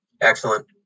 Excellent